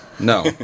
No